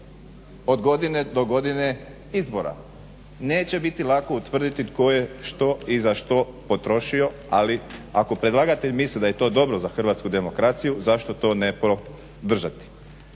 Od godine do godine izbora neće biti lako utvrditi tko je što i za što potrošio, ali ako predlagatelj misli da je to dobro za hrvatsku demokraciju zašto to ne podržati.